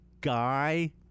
guy